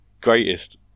greatest